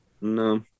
no